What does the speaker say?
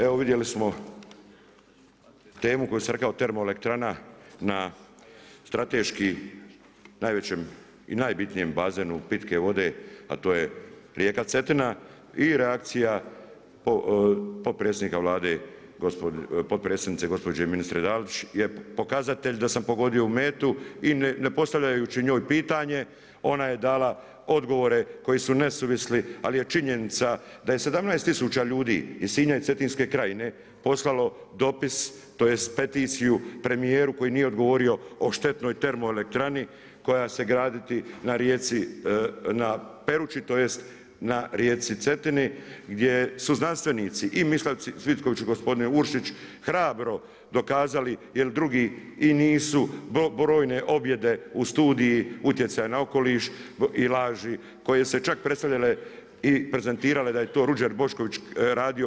Evo vidjeli smo temu koju sam rekao Termoelektrana na strateški najvećem i najbitnijem bazenu pitke vode a to je rijeka Cetina i reakcija potpredsjednice, gospođe i ministrice Dalić je pokazatelj da sam pogodio u metu i ne postavljajući njoj pitanje ona je dala odgovore koji su nesuvisli ali je činjenica da je 17 tisuća ljudi iz Sinja i Cetinske Krajine poslalo dopis tj. peticiju premijeru koji nije odgovorio o štetnoj termoelektrani koja se graditi na rijeci, na Perući, tj. na rijeci Cetini gdje su znanstvenici i … Cvitković, gospodine Uršić hrabro dokazali jer drugi i nisu, brojne objede u studiji utjecaja na okoliš i laži koje su se čak predstavljale i prezentirale da je to Ruđer Bošković radio.